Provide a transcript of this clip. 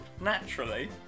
Naturally